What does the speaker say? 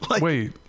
Wait